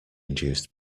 induced